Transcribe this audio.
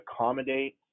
accommodate